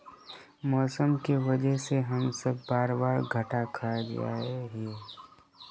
मौसम के वजह से हम सब बार बार घटा खा जाए हीये?